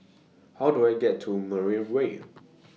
How Do I get to Mariam Way